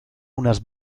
unas